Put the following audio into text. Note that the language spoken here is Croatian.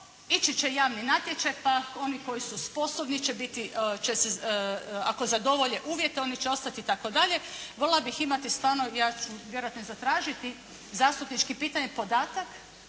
ići će javni natječaj pa oni koji su sposobni će biti, će se, ako zadovolje uvjete oni će ostati i tako dalje. Voljela bih imati stvarno, ja ću vjerojatno i zatražiti zastupničkim pitanjem podatak